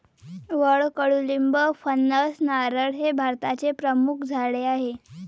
वड, कडुलिंब, फणस, नारळ हे भारताचे प्रमुख झाडे आहे